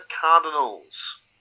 Cardinals